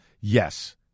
Yes